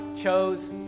chose